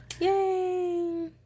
Yay